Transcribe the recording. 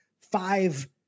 five